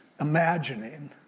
imagining